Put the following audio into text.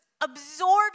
absorbing